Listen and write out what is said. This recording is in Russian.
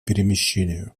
перемещению